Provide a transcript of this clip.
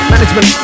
Management